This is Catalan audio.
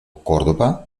córdoba